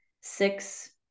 six